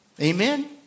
Amen